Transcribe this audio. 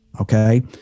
okay